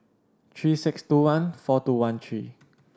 three six two one four two one three